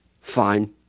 Fine